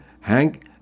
Hank